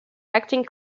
acting